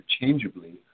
interchangeably